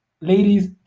Ladies